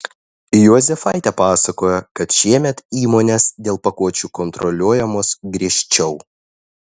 juozefaitė pasakoja kad šiemet įmonės dėl pakuočių kontroliuojamos griežčiau